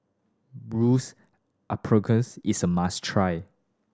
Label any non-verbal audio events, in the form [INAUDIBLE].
[UNINTELLIGIBLE] is a must try